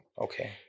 Okay